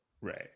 right